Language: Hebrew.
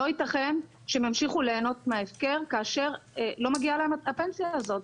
לא ייתכן שהם ימשיכו ליהנות מההפקר כאשר לא מגיעה להם הפנסיה הזאת.